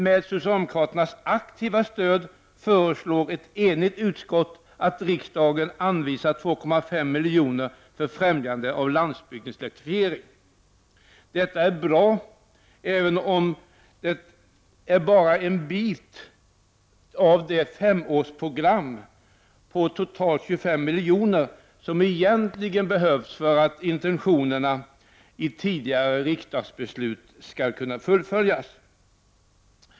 Med socialdemokraternas aktiva stöd föreslår ett enigt utskott att riksdagen anvisar 2,5 milj.kr. för främjande av landsbygdens elektrifiering. Detta är bra, även om det bara är en del av det femårsprogram på totalt 25 milj.kr. som egentligen behövs om intentionerna i tidigare riksdagsbeslut skall kunna fullföljas.